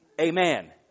amen